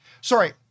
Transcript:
sorry